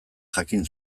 jakin